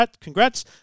congrats